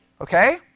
Okay